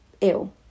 ill